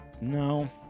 No